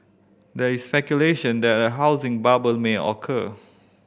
there is speculation that a housing bubble may occur